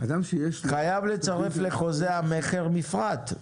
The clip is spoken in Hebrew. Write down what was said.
חייב לצרף לחוזה המכר מפרט.